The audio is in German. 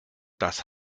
das